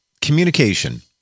communication